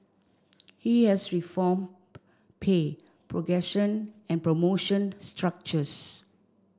he has reformed pay progression and promotion structures